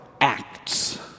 acts